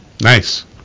Nice